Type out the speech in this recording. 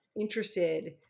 interested